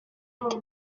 ati